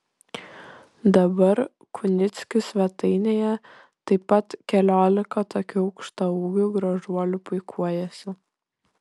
dabar kunickių svetainėje taip pat keliolika tokių aukštaūgių gražuolių puikuojasi